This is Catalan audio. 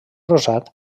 rosat